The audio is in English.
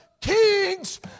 kings